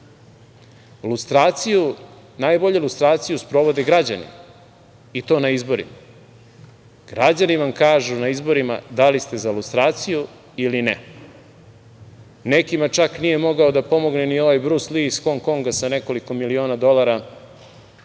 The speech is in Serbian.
lustrirani. Najbolje lustraciju sprovode građani i to na izborima. Građani vam kažu na izborima da li ste za lustraciju ili ne. Nekima čak nije mogao da pomogne ni onaj Brus Li, iz Hong Konga sa nekoliko miliona dolara,